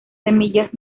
semillas